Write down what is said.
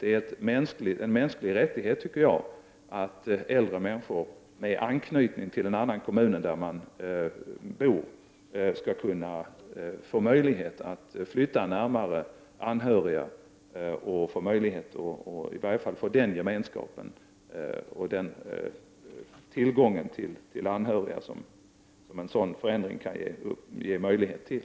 Det är enligt min mening en mänsklig rättighet för äldre människor med anknytning till en annan kommun än den de bor i, att de skall ha möjlighet att flytta närmare sina anhöriga och på så sätt i varje fall få uppleva den gemenskap som en sådan förändring kan ge upphov till.